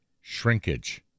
shrinkage